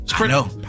No